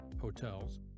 hotels